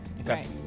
Okay